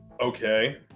Okay